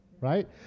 right